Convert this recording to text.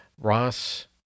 Ross